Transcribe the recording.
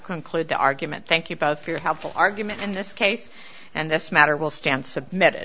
conclude the argument thank you both for your helpful argument in this case and this matter will stand submitted